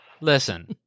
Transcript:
Listen